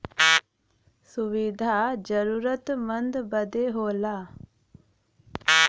सुविधा जरूरतमन्द बदे होला